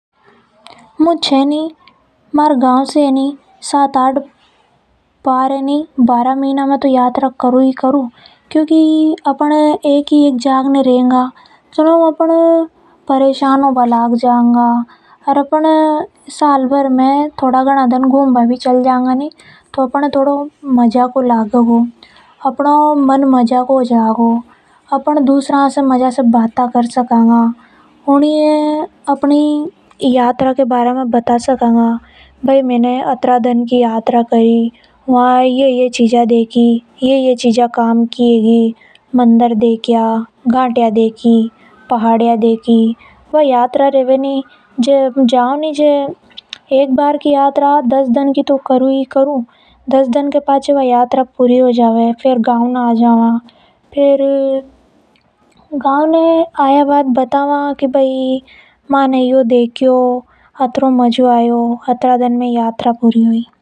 मु छ नि सात आठ बार तो मारा गांव से यात्रा कर उ ही केर ऊ कारु ही करउ। क्योंकि अपन एक ही एक जाग ने रह गा तो अपन नव परेशान हो जावा गा। अर अपन सालभर में तोड़ा घणा गुम्बा भी चलवा तो अपनो मन मजा को हो जावेगो। अपन दूसरा से मजा से बात कर सकंगा की बई मैने अत्री दन यात्रा की। वहां पे या चीज देखी ऊके बारा में बतावा है। जसा की पहाड़िया देखी मंदिर देखा ऐसी नरी सारी चीज़ देखी मु यात्रा जाऊ नि झे दश दिन तक तो गुम के ही आऊ।